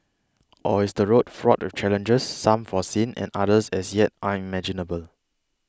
or is the road fraught with challenges some foreseen and others as yet unimaginable